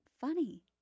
funny